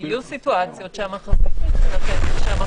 יהיו סיטואציות שהמחזיק